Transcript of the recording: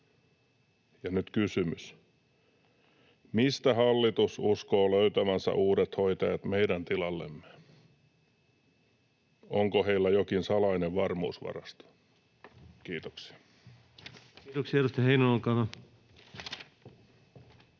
Ja nyt kysymys: Mistä hallitus uskoo löytävänsä uudet hoitajat meidän tilallemme? Onko heillä jokin salainen varmuusvarasto?” — Kiitoksia. [Speech